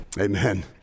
amen